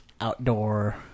outdoor